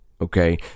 okay